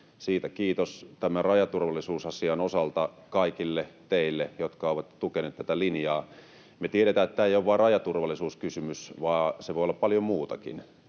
Siitä kiitos tämän rajaturvallisuusasian osalta kaikille teille, jotka olette tukeneet tätä linjaa. Me tiedetään, että tämä ei ole vain rajaturvallisuuskysymys, vaan se voi olla paljon muutakin.